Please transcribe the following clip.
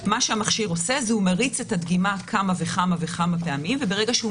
המכשיר מריץ את הקדימה כמה וכמה פעמים וברגע שהוא